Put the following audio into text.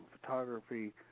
photography